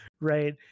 right